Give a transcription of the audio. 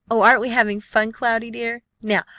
oh! aren't we having fun, cloudy, dear? now,